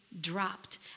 dropped